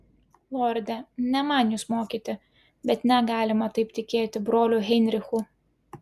lorde ne man jus mokyti bet negalima taip tikėti broliu heinrichu